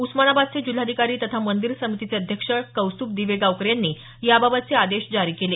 उस्मानाबादचे जिल्हाधिकारी तथा मंदिर समितीचे अध्यक्ष डॉक्टर कौस्तुभ दिवेगावकर यांनी याबाबतचे आदेश जारी केले